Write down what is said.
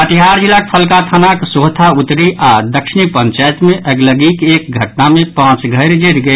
कटिहार जिलाक फलका थानाक सोहथा उत्तरी आओर दक्षिणी पंचायत मे अगिलगिक एक घटना मे पांच घर जरि गेल